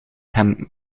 hem